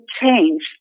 change